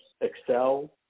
excel